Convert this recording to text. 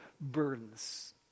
burdens